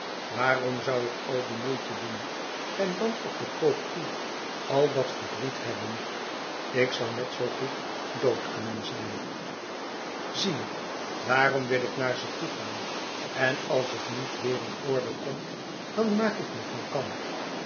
waarom zoû ik al die moeite doen en dan op den koop toe al dat verdriet hebben ik zoû net zoo goed dood kunnen zijn zie je daarom wil ik naar ze toe gaan en als het dan niet weêr in orde komt dan maak ik me van kant